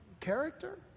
character